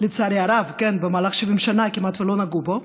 לצערי הרב, במהלך 70 שנה כמעט שלא נגעו בו,